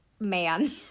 man